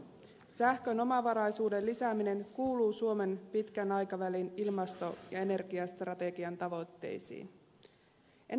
sähkön omavaraisuuden lisääminen kuuluu suomen pitkän aikavälin ilmasto ja energiastrategian tavoitteisiin